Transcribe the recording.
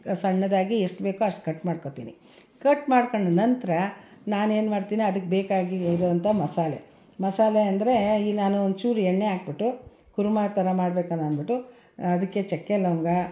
ಸಣ್ಣದಾಗಿ ಎಷ್ಟು ಬೇಕೋ ಅಷ್ಟು ಕಟ್ ಮಾಡ್ಕೊಳ್ತೀನಿ ಕಟ್ ಮಾಡ್ಕೊಂಡ ನಂತರ ನಾನೇನು ಮಾಡ್ತೀನಿ ಅದಕ್ಕೆ ಬೇಕಾಗಿ ಇರುವಂಥ ಮಸಾಲೆ ಮಸಾಲೆ ಅಂದರೆ ಈ ನಾನು ಒಂಚೂರು ಎಣ್ಣೆ ಹಾಕ್ಬಿಟ್ಟು ಕುರ್ಮ ಥರ ಮಾಡಬೇಕಲ್ಲ ಅಂದ್ಬಿಟ್ಟು ಅದಕ್ಕೆ ಚಕ್ಕೆ ಲವಂಗ